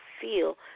feel